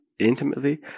intimately